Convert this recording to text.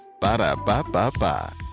Ba-da-ba-ba-ba